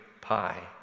pie